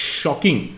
shocking